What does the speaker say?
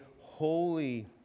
holy